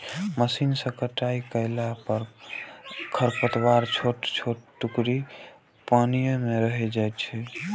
machine सं कटाइ कयला पर खरपतवारक छोट छोट टुकड़ी पानिये मे रहि जाइ छै